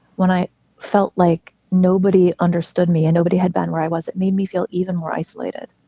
when i felt like nobody understood me and nobody had been where i was, it made me feel even more isolated.